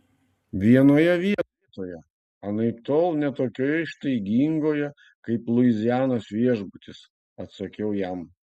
vienoje vietoje anaiptol ne tokioje ištaigingoje kaip luizianos viešbutis atsakiau jam